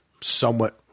somewhat